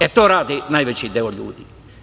E, to radi najveći deo ljudi.